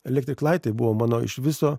elektrik lait tai buvo mano iš viso